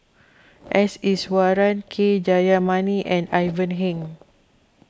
S Iswaran K Jayamani and Ivan Heng